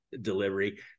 delivery